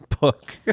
book